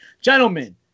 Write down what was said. Gentlemen